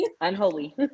unholy